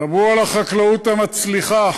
דברו על החקלאות המצליחה,